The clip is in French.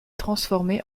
transformés